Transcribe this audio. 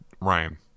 Ryan